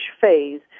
phase